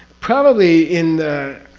probably in the.